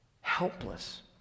Helpless